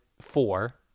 four